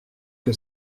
que